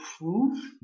proof